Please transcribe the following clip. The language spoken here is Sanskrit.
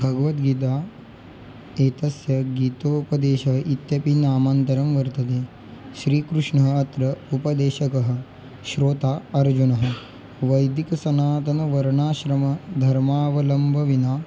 भगवद्गीता एतस्य गीतोपदेशः इत्यपि नामान्तरं वर्तते श्रीकृष्णः अत्र उपदेशकः श्रोता अर्जुनः वैदिकसनातनवर्णाश्रमधर्मावलम्बं विना